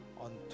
on